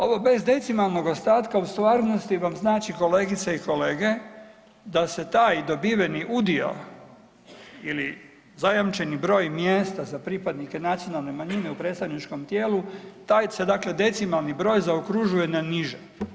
Ovo bez decimalnog ostatka u stvarnosti vam znači kolegice i kolege da se taj dobiveni udio ili zajamčeni broj mjesta za pripadnike nacionalne manjine u predstavničkom tijelu taj se dakle decimalni broj zaokružuje na niže.